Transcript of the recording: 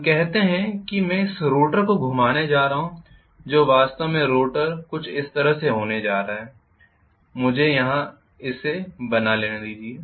हम कहते हैं कि मैं इस रोटर को घुमाने जा रहा हूं जो वास्तव में रोटर कुछ इस तरह से होने जा रहा है मुझे यहाँ इसे पूरा बना लेने दीजिए